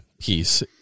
piece